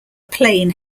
plane